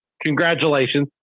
Congratulations